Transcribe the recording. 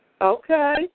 Okay